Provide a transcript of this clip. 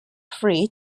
free